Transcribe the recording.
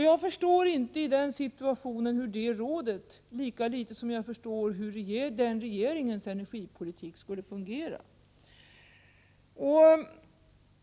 Jag förstår inte hur detta råd då skulle kunna verka, lika litet som jag förstår hur den regeringens energipolitik skulle fungera.